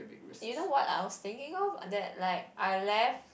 you know what I was thinking of that like I left